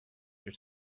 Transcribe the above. your